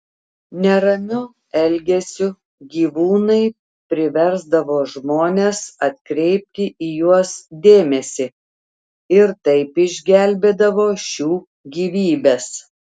neramiu elgesiu gyvūnai priversdavo žmones atkreipti į juos dėmesį ir taip išgelbėdavo šių gyvybes